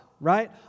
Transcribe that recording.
right